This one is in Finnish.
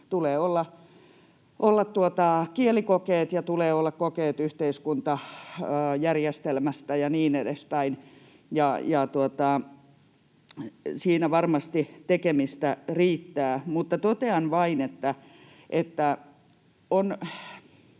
tulee olla kielikokeet ja tulee olla kokeet yhteiskuntajärjestelmästä ja niin edespäin. Siinä varmasti tekemistä riittää. Totean vain, että